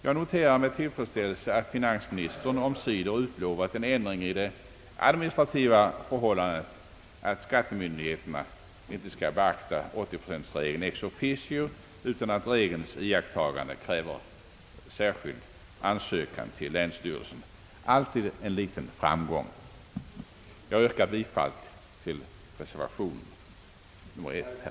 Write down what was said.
Jag noterar med tillfredsställelse att finansministern omsider utlovat en ändring i det administrativa förhållandet att skattemyndigheterna icke skall beakta 80-procentregeln ex officio utan att regelns iakttagande kräver särskild ansökan till länsstyrelsen. Alltid en liten framgång! Jag yrkar bifall till reservationen.